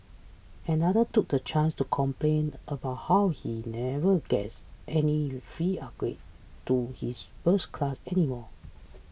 another took the chance to complain about how he never gets any free upgrades to his first class anymore